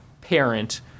parent